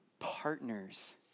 partners